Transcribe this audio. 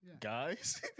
guys